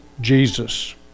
Jesus